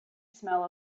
smell